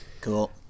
Cool